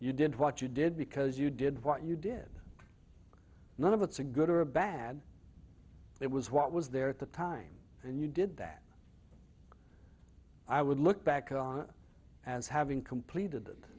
you did what you did because you did what you did none of it's a good or bad it was what was there at the time and you did that i would look back on as having completed